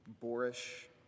boorish